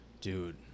dude